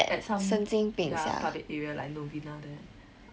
at some ya public area like novena there